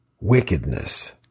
wickedness